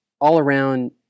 all-around